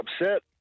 upset